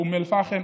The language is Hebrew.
באום אל-פחם,